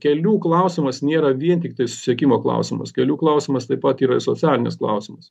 kelių klausimas nėra vien tiktai susisiekimo klausimas kelių klausimas taip pat yra socialinis klausimas